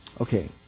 Okay